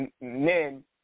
men